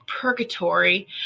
purgatory